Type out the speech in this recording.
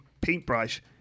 paintbrush